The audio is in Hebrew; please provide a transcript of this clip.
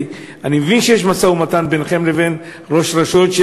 אני מבין שיש משא-ומתן ביניכם לבין ראש הרשות,